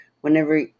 whenever